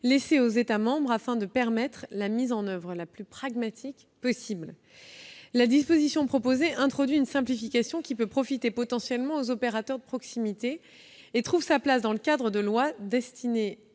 laissée aux États membres, afin de permettre la mise en oeuvre la plus pragmatique possible. La disposition proposée introduit une simplification qui peut profiter potentiellement aux opérateurs de proximité. Elle trouve sa place dans le cadre d'un texte